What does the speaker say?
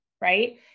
right